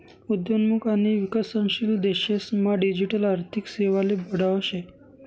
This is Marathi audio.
उद्योन्मुख आणि विकसनशील देशेस मा डिजिटल आर्थिक सेवाले बढावा शे